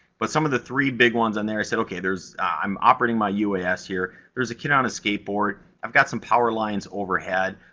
but some of the three big ones on there i said okay, there's i'm operating my uas here, there's a kid on a skateboard, i've got some power lines overhead.